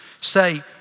Say